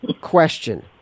question